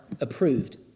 approved